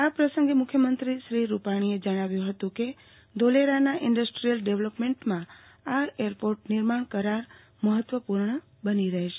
આ પ્રસંગે મુખ્યમંત્રી શ્રી રૂપાણીએ જણાવ્યુ ફતું કે ધોલેરાના ઈન્ડ્રસ્ટ્રીયલ ડેવલપમેન્ટમાં આ એરપોર્ટ નિર્માણ કરાર મહત્વપુર્ણ બની રહેશે